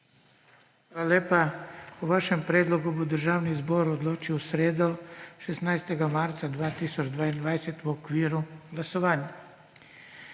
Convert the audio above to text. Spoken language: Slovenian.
Hvala lepa. O vašem predlogu bo Državni zbor odločil v sredo, 16. marca 2022, v okviru glasovanj.